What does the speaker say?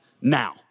now